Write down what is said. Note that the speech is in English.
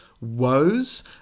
woes